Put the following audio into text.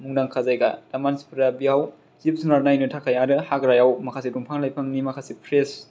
मुंदांखा जायगा दा मानसिफ्रा बेआव जिब जुनार नायनो थाखाय आरो हाग्रायाव माखासे दंफां लाइफांनि माखासे फ्रेस